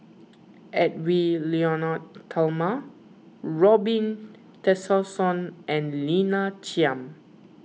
Edwy Lyonet Talma Robin Tessensohn and Lina Chiam